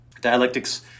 Dialectics